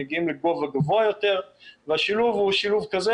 מגיעים לגובה גבוה יותר והשילוב הוא שילוב כזה